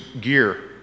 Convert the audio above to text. gear